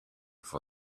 for